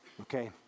Okay